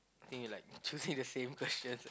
think he like choosing the same question